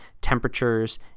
temperatures